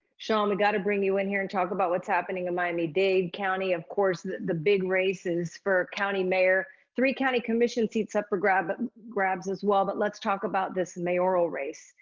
sean, we gotta bring you in here and talk about what's happening in miami dade county. of course, the big races for county mayor, three county commission seats up for grabs grabs as well, but let's talk about this mayoral race.